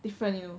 different you know